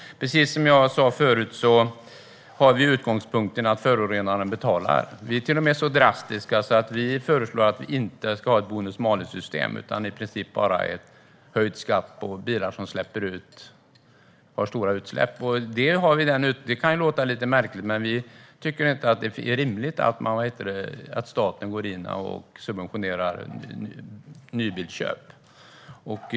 Precis som jag sa förut har vi utgångspunkten att förorenaren betalar. Vi är till och med så drastiska att vi föreslår att vi inte ska ha ett bonus-malus-system utan i princip bara höjd skatt på bilar som har stora utsläpp. Det kan låta lite märkligt, men vi tycker inte att det är rimligt att staten går in och subventionerar nybilsköp.